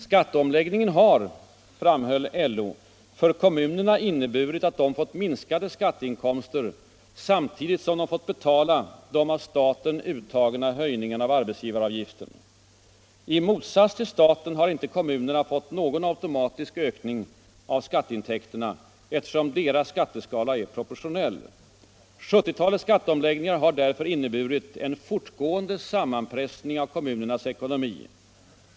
Skatteomläggningen har, framhöll LO, för kommunerna inneburit att de fått minskade skatteinkomster, samtidigt som de har fått betala de av staten uttagna höjningarna av arbetsgivaravgiften. I motsats till staten har kommunerna inte fått någon automatisk ökning av skatteintäkterna, eftersom deras skatteskala är proportionell. 1970-talets skatteomläggningar har därför inneburit en fortgående sammanpressning av kommunernas ekonomi.